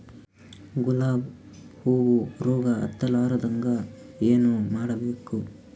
ಗುಲಾಬ್ ಹೂವು ರೋಗ ಹತ್ತಲಾರದಂಗ ಏನು ಮಾಡಬೇಕು?